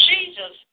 Jesus